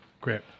Great